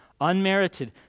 unmerited